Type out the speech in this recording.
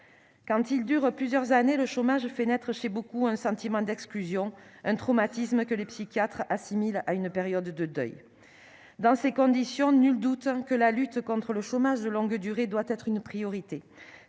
quand ils durent plusieurs années, le chômage fait naître chez beaucoup un sentiment d'exclusion, un traumatisme que les psychiatres assimile à une période de deuil dans ces conditions, nul doute que la lutte contre le chômage de longue durée doit être une priorité,